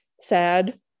sad